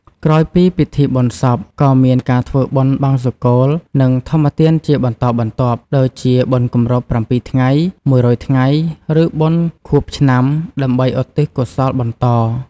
ក្រោយពីពិធីបុណ្យសព ក៏មានការធ្វើបុណ្យបង្សុកូល និងធម្មទានជាបន្តបន្ទាប់ ដូចជាបុណ្យគម្រប់ ៧ ថ្ងៃ ១០០ ថ្ងៃ ឬបុណ្យខួបឆ្នាំ ដើម្បីឧទ្ទិសកុសលបន្ត។